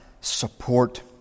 support